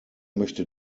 möchte